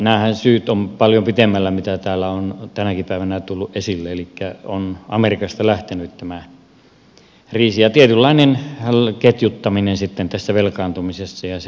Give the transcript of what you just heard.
nämä syythän ovat paljon pitemmällä kuin mitä täällä on tänäkin päivänä tullut esille elikkä on amerikasta lähtenyt tämä kriisi ja tietynlainen ketjuttaminen sitten tässä velkaantumisessa ja se on näkynyt täällä